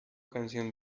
canción